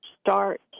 start